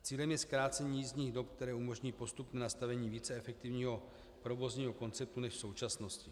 Cílem je zkrácení jízdních dob, které umožní postupně nastavení víceefektivního provozního konceptu než v současnosti.